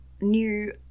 new